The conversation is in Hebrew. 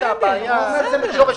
זה שורש